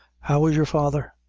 how is your father?